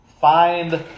find